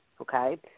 okay